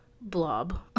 blob